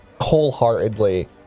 wholeheartedly